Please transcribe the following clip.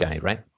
right